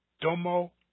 Domo